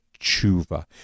tshuva